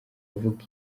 avuga